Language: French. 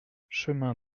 chemin